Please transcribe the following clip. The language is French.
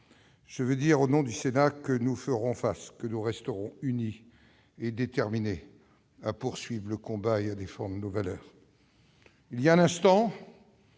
je veux dire, au nom du Sénat tout entier, que nous ferons face, que nous resterons unis et déterminés à poursuivre le combat et à défendre nos valeurs. Il y a un instant,